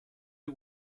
are